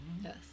Yes